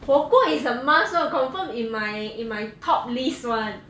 火锅 is a must [one] confirm in my in my top list one